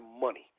money